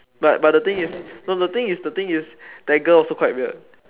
but but the thing is no the thing is the thing is that girl also quite weird